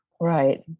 Right